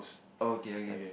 okay okay